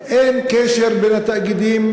אין קשר בין התאגידים,